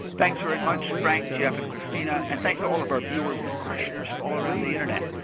thanks very much frank, jeff, and kristina. and thanks to all of our viewers and questioners from all around the internet.